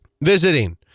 visiting